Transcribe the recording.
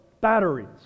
batteries